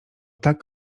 tak